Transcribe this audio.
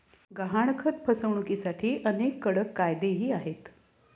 गहाणखत फसवणुकीसाठी अनेक कडक कायदेही आहेत